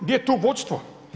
Gdje je tu vodstvo?